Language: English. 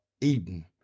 Eden